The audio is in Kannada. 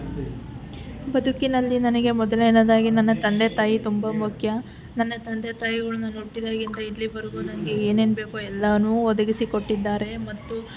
ಬದುಕಿನಲ್ಲಿ ನನಗೆ ಮೊದಲನೇದಾಗಿ ನನ್ನ ತಂದೆ ತಾಯಿ ತುಂಬ ಮುಖ್ಯ ನನ್ನ ತಂದೆ ತಾಯಿಗಳು ನಾನು ಹುಟ್ಟಿದಾಗಿಂದ ಇಲ್ಲಿವರೆಗೂ ನನಗೆ ಏನೇನು ಬೇಕೋ ಎಲ್ಲನೂ ಒದಗಿಸಿ ಕೊಟ್ಟಿದ್ದಾರೆ ಮತ್ತು